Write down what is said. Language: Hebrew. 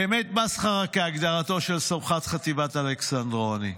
באמת מסחרה, כהגדרתו של סמח"ט חטיבת אלכסנדרוני.